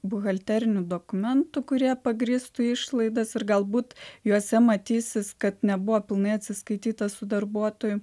buhalterinių dokumentų kurie pagrįstų išlaidas ir galbūt juose matysis kad nebuvo pilnai atsiskaityta su darbuotoju